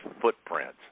footprints